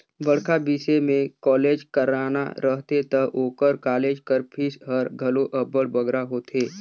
बड़खा बिसे में कॉलेज कराना रहथे ता ओकर कालेज कर फीस हर घलो अब्बड़ बगरा होथे